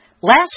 last